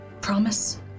Promise